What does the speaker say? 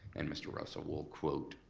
and mr. russell will quote,